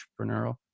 entrepreneurial